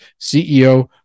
CEO